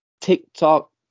TikTok